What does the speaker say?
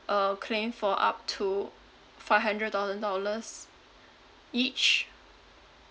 uh claim for up to five hundred thousand dollars each